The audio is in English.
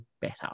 better